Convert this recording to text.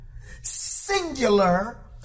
singular